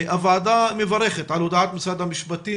הוועדה מברכת על הודעת משרד המשפטים